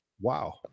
Wow